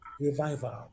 revival